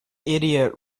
idiot